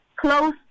close